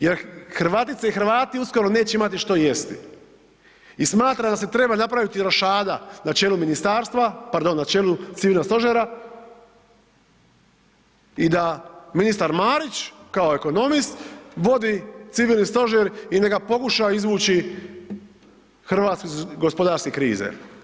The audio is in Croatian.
Jer Hrvatice i Hrvati uskoro neće imati što jesti i smatram da se treba napraviti rošada na čelu ministarstva, pardon, na čelu civilnog stožera i da ministar Marić kao ekonomist vodi civilni stožer i neka pokuša izvući RH iz gospodarske krize.